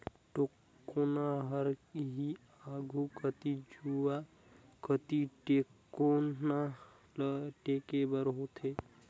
टेकोना हर ही आघु कती जुवा कती टेकोना ल टेके बर होथे